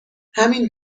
همین